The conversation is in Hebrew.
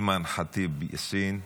אימאן ח'טיב יאסין,